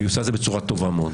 והיא עושה את זה בצורה טובה מאוד.